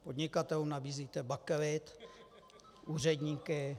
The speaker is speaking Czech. Podnikatelům nabízíte bakelit, úředníky...